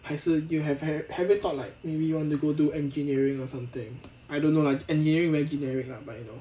还是 you have have have you thought like maybe you want to go do engineering or something I don't know like engineering engineering lah but you know